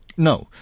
No